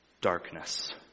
darkness